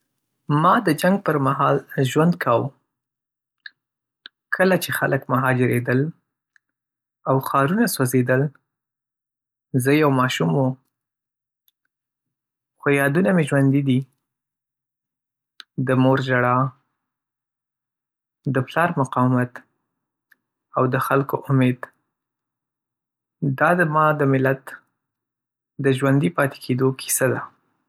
ما د جنګ پر مهال ژوند کاوه، کله چې خلک مهاجرېدل او ښارونه سوځېدل. زه یو ماشوم وم، خو یادونه مې ژوندي دي: د مور ژړا، د پلار مقاومت، او د خلکو امید. دا زما د ملت د ژوندي پاتې کېدو کیسه ده.